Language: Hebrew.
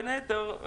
בין היתר,